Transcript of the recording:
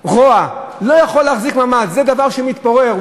רוע, לא יכולים להחזיק מעמד, זה דבר שמתפורר.